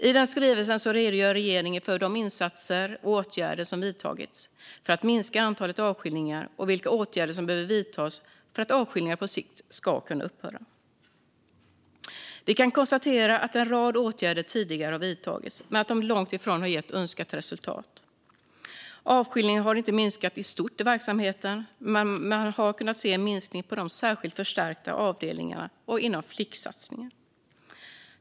I den skrivelsen redogör regeringen för de insatser och åtgärder som vidtagits för att minska antalet avskiljningar och vilka åtgärder som behöver vidtas för att avskiljningarna på sikt ska kunna upphöra. Vi kan konstatera att en rad åtgärder har vidtagits tidigare men att de långt ifrån har gett önskat resultat. Avskiljningarna har inte minskat i stort i verksamheterna, men man har kunnat se en minskning på de särskilt förstärkta avdelningarna och inom flicksatsningen.